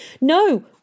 No